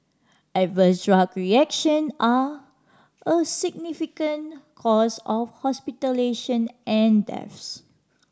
adverse drug reaction are a significant cause of hospitalisation and deaths